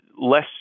less